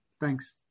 thanks